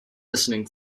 listening